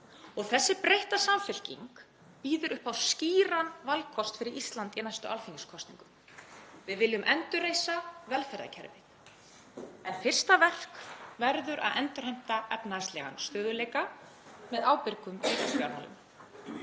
Og þessi breytta Samfylking býður upp á skýran valkost fyrir Ísland í næstu alþingiskosningum: Við viljum endurreisa velferðarkerfið. En fyrsta verk verður að endurheimta efnahagslegan stöðugleika með ábyrgum ríkisfjármálum.